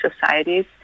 societies